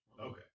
Okay